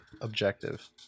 objective